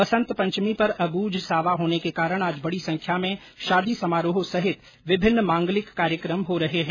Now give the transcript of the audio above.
बसंत पंचमी पर अबुझ सावा होने के कारण आज बडी संख्या में शादी समारोह सहित विभिन्न मांगलिक कार्यकम हो रहे है